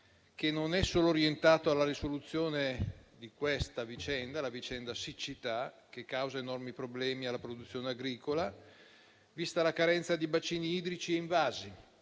non è orientato solo alla risoluzione di questa vicenda - appunto quella della siccità - che causa enormi problemi alla produzione agricola, vista la carenza di bacini idrici e invasi.